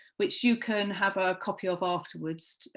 which you can have a copy of afterwards,